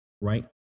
right